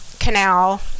Canal